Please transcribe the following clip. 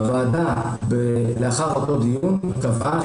הוועדה לאחר אותו דיון קבע,